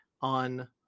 on